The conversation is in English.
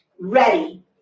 ready